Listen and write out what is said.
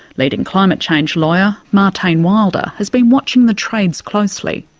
leading climate change lawyer martijn wilder, has been watching the trades closely.